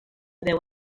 deu